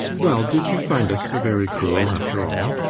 well, did you find us so very cruel, after all?